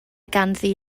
ganddi